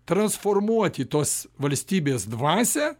transformuoti tos valstybės dvasią